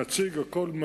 נציג הכול,